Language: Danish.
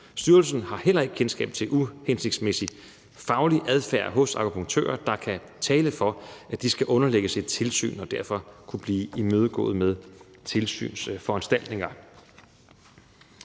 Styrelsen har heller ikke kendskab til en uhensigtsmæssig faglig adfærd hos akupunktører, der kan tale for, at de skal underlægges et tilsyn, og at de derfor kunne blive imødegået med tilsynsforanstaltninger.